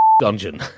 dungeon